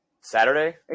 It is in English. saturday